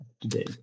today